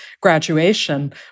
graduation